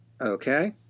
Okay